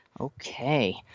Okay